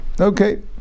okay